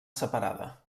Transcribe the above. separada